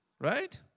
right